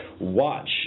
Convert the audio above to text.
watch